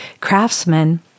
craftsmen